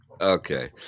Okay